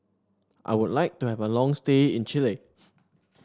I would like to have a long stay in Chile